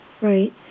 Right